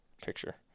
Picture